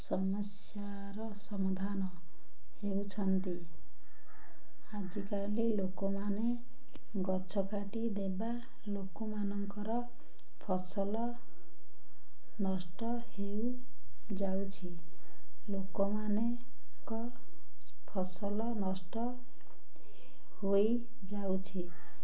ସମସ୍ୟାର ସମାଧାନ ହେଉଛନ୍ତି ଆଜିକାଲି ଲୋକମାନେ ଗଛ କାଟି ଦେବା ଲୋକମାନଙ୍କର ଫସଲ ନଷ୍ଟ ହେଉ ଯାଉଛି ଲୋକମାନେ ଙ୍କ ଫସଲ ନଷ୍ଟ ହୋଇଯାଉଛି